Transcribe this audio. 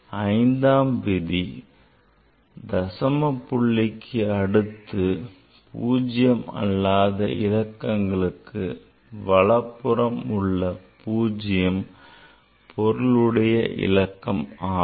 ஐந்தாம் விதி தசம புள்ளிக்கு அடுத்து பூஜ்யம் அல்லாத இலக்கங்களுக்கு வலப்புறம் உள்ள பூஜ்ஜியம் பொருளுடைய இலக்கம் ஆகும்